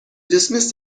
dismissed